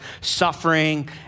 suffering